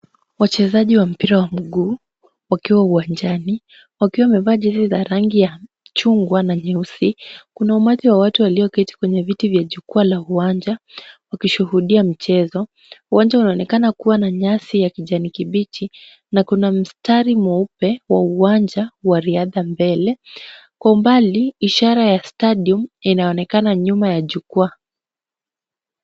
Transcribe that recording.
Wachezaji wa mpira wa mguu wakiwa uwanjani, wakiwa wamevaa jezi za rangi ya chungwa na nyeusi. Kuna umati wa watu walioketi kwenye viti vya jukwaa la uwanja wakishuhudia mchezo. Uwanja unaonekana kuwa na nyasi ya kijani kibichi na kuna mstari mweupe kwa uwanja wa riadha mbele. Kwa umbali ishara ya stadium inaonekana nyuma ya jukwaa.